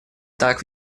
так